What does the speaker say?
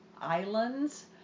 islands